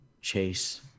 chase